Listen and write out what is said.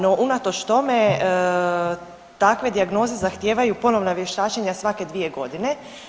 No, unatoč tome takve dijagnoze zahtijevaju ponovna vještačenja svake dvije godine.